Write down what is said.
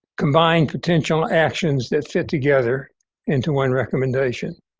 combined potential actions that fit together into one recommendation.